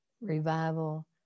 revival